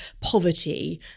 poverty